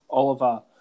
Oliver